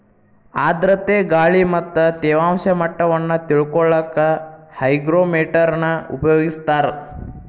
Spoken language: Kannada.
ಆರ್ಧ್ರತೆ ಗಾಳಿ ಮತ್ತ ತೇವಾಂಶ ಮಟ್ಟವನ್ನ ತಿಳಿಕೊಳ್ಳಕ್ಕ ಹೈಗ್ರೋಮೇಟರ್ ನ ಉಪಯೋಗಿಸ್ತಾರ